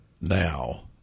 now